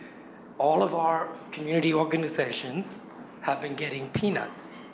all of our community organizations have been getting peanuts,